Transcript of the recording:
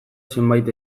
zenbait